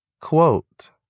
quote